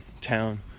town